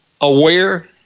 aware